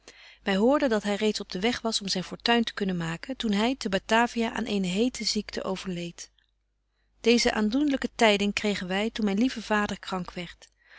wy hoorden dat hy reeds op den weg was om zyn fortuin te kunnen maken toen hy te batavia aan eene hete ziekte overleedt deeze aandoenlyke tyding kregen wy toen myn lieve vader krank werdt